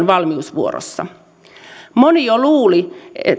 valmiusvuorossa moni jo luuli